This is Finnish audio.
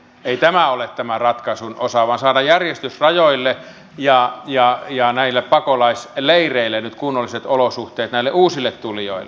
ei tämä ole tämän ratkaisun osa vaan saada järjestys rajoille ja näille pakolaisleireille nyt kunnolliset olosuhteet näille uusille tulijoille